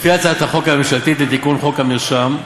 לפי הצעת החוק הממשלתית לתיקון חוק המרשם,